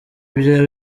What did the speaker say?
ibyo